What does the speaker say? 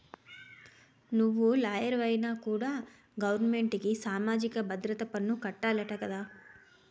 నువ్వు లాయరువైనా కూడా గవరమెంటుకి సామాజిక భద్రత పన్ను కట్టాలట కదా